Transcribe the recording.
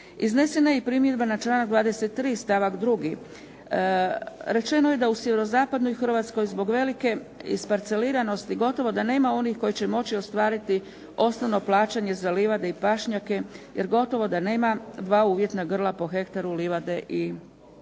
Iznesena je i primjedba na članak 23. stavak 2., rečeno je da u sjeverozapadnoj Hrvatskoj zbog velike isparceliranosti gotovo da nema onih koji će moći ostvariti osnovno plaćanje za livade i pašnjake jer gotovo da nema dva uvjetna grla po hektaru livade i pašnjaka.